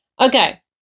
Okay